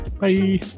Bye